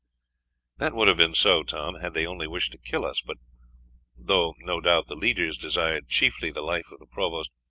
that would have been so, tom, had they only wished to kill us but though, no doubt, the leaders desired chiefly the life of the provost,